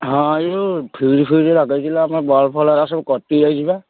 ହଁ ହଁ ଏଇ ଯେଉଁ ଫ୍ୟୁଜ୍ ଫ୍ୟୁଜ୍ ଲଗାଇଦେଲେ ଆମେ ବଲ୍ ଫଲ୍ ହେଇରା ସବୁ କଟିଯାଇଛି ବା